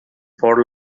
for